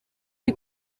ari